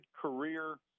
career